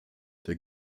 der